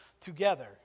together